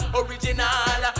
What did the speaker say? original